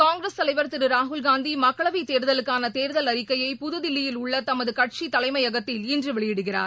காங்கிரஸ் தலைவர் திரு ராகுல்காந்தி மக்களவைத் தேர்தலுக்கான தேர்தல் அறிக்கையை புதுதில்லியில் உள்ள தமது கட்சி தலைமையகத்தில் இன்று வெளியிடுகிறார்